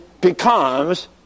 becomes